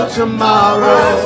tomorrow